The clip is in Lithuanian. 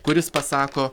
kuris pasako